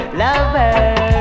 lover